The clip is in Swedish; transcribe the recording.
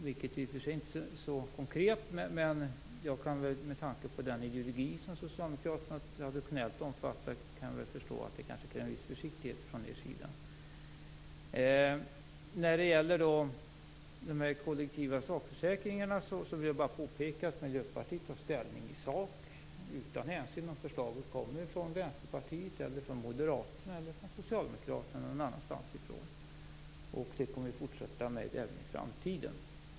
Det är i och för sig inte så konkret, men jag kan med tanke på den ideologi som socialdemokraterna traditionellt omfattar förstå att det krävs en viss försiktighet från er sida. När det gäller de kollektiva sakförsäkringarna vill jag bara påpeka att Miljöpartiet tar ställning i sak utan hänsyn till var förslaget kommer ifrån - från Vänsterpartiet, Moderaterna, Socialdemokraterna eller någon annanstans. Det kommer vi att fortsätta med även i framtiden.